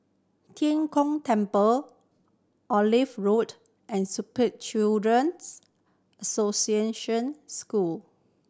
Tian Kong Temple Olive Road and Spastic Children's Association School